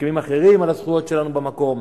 והסכמים אחרים על הזכויות שלנו במקום.